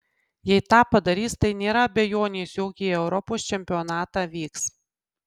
jei tą padarys tai nėra abejonės jog į europos čempionatą vyks